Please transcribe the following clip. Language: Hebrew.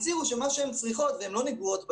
והן לא נגועות בדבר,